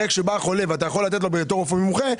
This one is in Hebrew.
הרי כשבא חולה ואתה יכול לתת לו כרופא מומחה,